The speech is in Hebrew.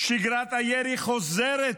שגרת הירי חוזרת,